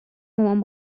مامان